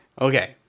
Okay